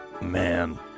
man